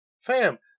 fam